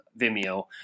Vimeo